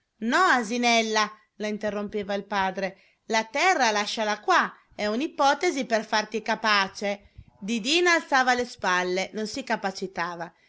no asinella la interrompeva il padre la terra lasciala qua è un'ipotesi per farti capace didina alzava le spalle non si capacitava